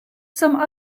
some